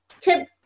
tip